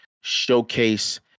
showcase